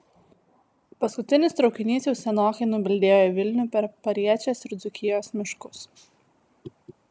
paskutinis traukinys jau senokai nubildėjo į vilnių per pariečės ir dzūkijos miškus